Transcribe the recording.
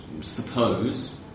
suppose